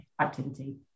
activity